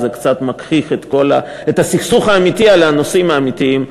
זה קצת מגחיך את הסכסוך האמיתי על הנושאים האמיתיים,